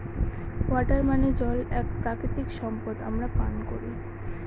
water মানে জল এক প্রাকৃতিক সম্পদ আমরা পান করি